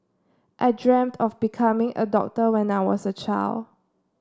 I dreamt of becoming a doctor when I was a child